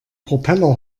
propeller